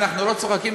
אנחנו לא צוחקים,